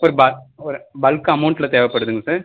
ஒரு பாக்ஸ் ஒரு பல்க் அமௌண்ட்ல தேவைப்படுதுங்க சார்